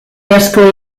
asko